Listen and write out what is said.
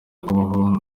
kubaho